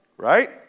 Right